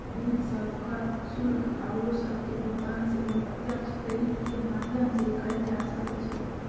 bill सभ, कर, शुल्क आउरो सभके भुगतान सेहो प्रत्यक्ष क्रेडिट के माध्यम से कएल जा सकइ छै